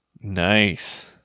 Nice